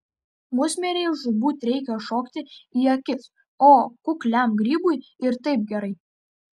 musmirei žūtbūt reikia šokti į akis o kukliam grybui ir taip gerai